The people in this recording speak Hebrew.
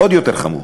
עוד יותר חמור,